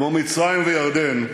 כמו מצרים וירדן,